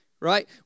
right